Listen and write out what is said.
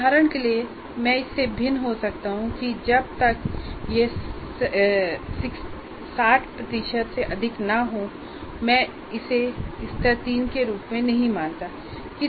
उदाहरण के लिए मैं इससे भिन्न हो सकता हूं किजब तक यह ६० से अधिक न हो मैं इसे स्तर ३ के रूप में नहीं मानता